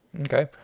Okay